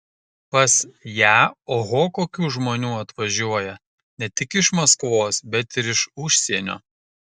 pas ją oho kokių žmonių atvažiuoja ne tik iš maskvos bet ir iš užsienio